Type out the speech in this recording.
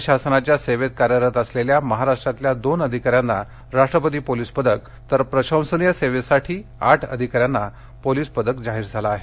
केंद्र शासनाच्या सेवेत कार्यरत असलेल्या महाराष्ट्रातल्या दोन अधिकाऱ्यांना राष्ट्रपती पोलीस पदक तर प्रशंसनीय सेवेकरिता आठ अधिकाऱ्यांना पोलीस पदक जाहीर झाले आहे